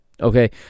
Okay